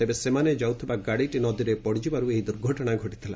ତେବେ ସେମାନେ ଯାଉଥିବା ଗାଡ଼ିଟି ନଦୀରେ ପଡ଼ିଯିବାରୁ ଏହି ଦୁର୍ଘଟଣା ଘଟିଥିଲା